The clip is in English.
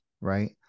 right